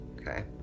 okay